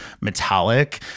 metallic